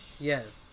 yes